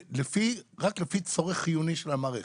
רק לפי צורך חיוני של המערכת,